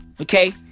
okay